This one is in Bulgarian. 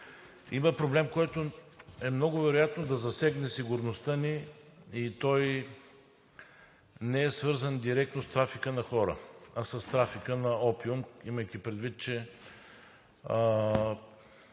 Има проблем, който е много вероятно да засегне сигурността ни, и той не е свързан директно с трафика на хора, а с трафика на опиум, имайки предвид, че